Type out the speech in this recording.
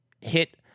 hit